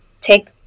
take